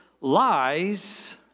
lies